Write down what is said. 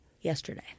yesterday